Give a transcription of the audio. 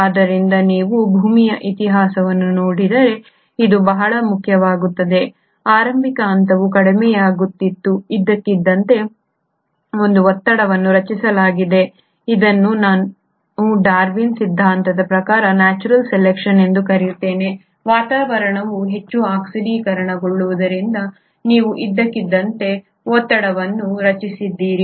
ಆದ್ದರಿಂದ ನೀವು ಭೂಮಿಯ ಇತಿಹಾಸವನ್ನು ನೋಡಿದರೆ ಇದು ಬಹಳ ಮುಖ್ಯವಾಗುತ್ತದೆ ಆರಂಭಿಕ ಹಂತವು ಕಡಿಮೆಯಾಗುತ್ತಿದೆ ಇದ್ದಕ್ಕಿದ್ದಂತೆ ಒಂದು ಒತ್ತಡವನ್ನು ರಚಿಸಲಾಗಿದೆ ಇದನ್ನು ನಾನು ಡಾರ್ವಿನ್ ಸಿದ್ಧಾಂತದ ಪ್ರಕಾರ ನ್ಯಾಚುರಲ್ ಸೆಲೆಕ್ಷನ್ ಎಂದು ಕರೆಯುತ್ತೇನೆ ವಾತಾವರಣವು ಹೆಚ್ಚು ಆಕ್ಸಿಡೀಕರಣಗೊಳ್ಳುವುದರಿಂದ ನೀವು ಇದ್ದಕ್ಕಿದ್ದಂತೆ ಒತ್ತಡವನ್ನು ರಚಿಸಿದ್ದೀರಿ